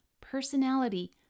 personality